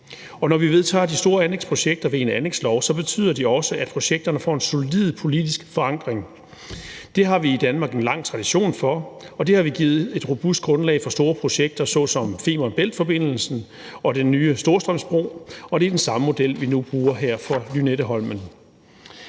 Når vi vedtager de store anlægsprojekter ved en anlægslov, betyder det også, at projekterne får en solid politisk forankring. Det har vi i Danmark en lang tradition for, og med det har vi givet et robust grundlag for store projekter så som Femern Bælt-forbindelsen og den nye Storstrømsbro, og det er den samme model, vi nu bruger her for Lynetteholmen.